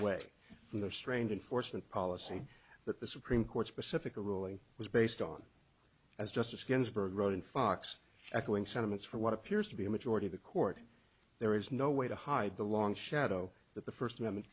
way from the strange enforcement policy that the supreme court specific a ruling was based on as justice ginsburg wrote in fox echoing sentiments for what appears to be a majority of the court there is no way to hide the long shadow that the first amendment